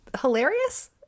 hilarious